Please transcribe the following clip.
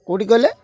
କେଉଁଠି କହିଲେ